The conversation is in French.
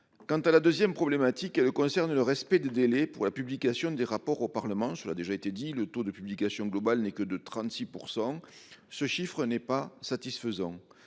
Quant à la 2ème problématique, elle concerne le respect délais pour la publication des rapports au Parlement sur l'a déjà été dit, le taux de publication global n'est que de 36%, ce chiffre n'est pas satisfaisant.